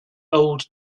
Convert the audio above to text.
old